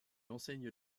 enseigne